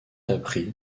appris